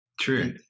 True